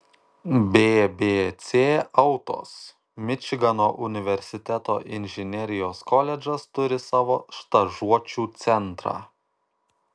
bbc autos mičigano universiteto inžinerijos koledžas turi savo stažuočių centrą